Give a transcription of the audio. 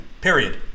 period